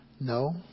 No